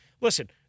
Listen